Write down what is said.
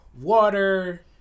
water